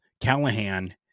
Callahan